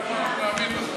אנחנו נאמין לך.